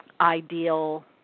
ideal